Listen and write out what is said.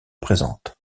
présentes